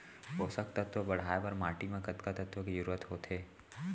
पोसक तत्व ला बढ़ाये बर माटी म कतका तत्व के जरूरत होथे?